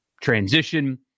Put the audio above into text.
Transition